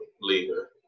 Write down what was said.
leader